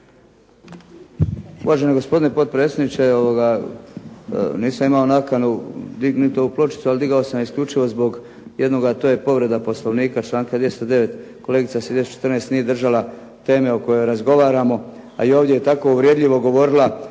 Uvaženi gospodine potpredsjedniče. Nisam imao nakanu dignuti ovu pločicu, ali digao sam je isključivo zbog jednog, a to je povreda Poslovnika, članka 209. Kolegica … /Govornik se ne razumije./… nije držala teme o kojoj razgovaramo, a i ovdje je tako uvredljivo govorila